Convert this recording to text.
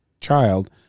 child